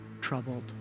troubled